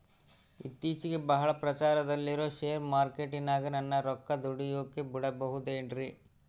ಇತ್ತೇಚಿಗೆ ಬಹಳ ಪ್ರಚಾರದಲ್ಲಿರೋ ಶೇರ್ ಮಾರ್ಕೇಟಿನಾಗ ನನ್ನ ರೊಕ್ಕ ದುಡಿಯೋಕೆ ಬಿಡುಬಹುದೇನ್ರಿ?